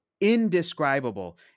indescribable